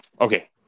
okay